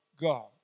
God